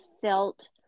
felt